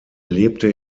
lebte